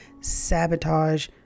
sabotage